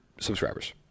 subscribers